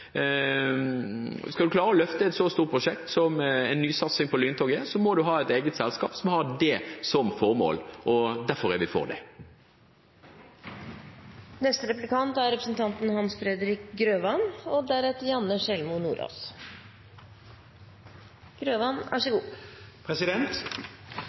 som en nysatsing på lyntoget, må man ha et eget selskap som har det som formål. Derfor er vi for det.